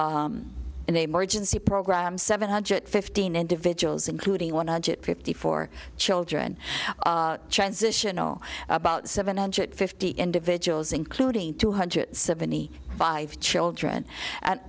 about an emergency program seven hundred fifteen individuals including one hundred fifty four children transitional about seven hundred fifty individuals including two hundred seventy five children and